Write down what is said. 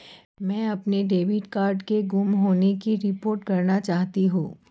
मैं अपने debit card के गुम होने की रिपोर्ट करना चाहती हूँ